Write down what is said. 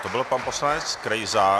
To byl pan poslanec Krejza.